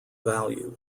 value